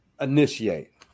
initiate